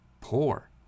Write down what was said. poor